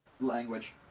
language